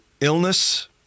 illness